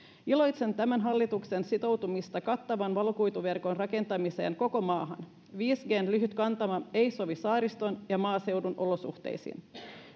iloitsen tämän hallituksen sitoutumisesta kattavan valokuituverkon rakentamiseen koko maahan viisi g n lyhyt kantama ei sovi saariston ja maaseudun olosuhteisiin